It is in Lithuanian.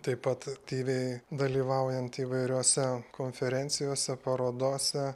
taip pat tyviai dalyvaujant įvairiose konferencijose parodose